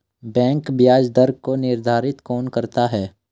Bank ब्याज दर को निर्धारित कौन करता है?